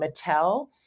Mattel